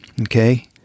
okay